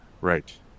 Right